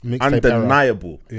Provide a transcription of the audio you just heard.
Undeniable